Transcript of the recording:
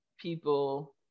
people